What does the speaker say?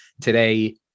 Today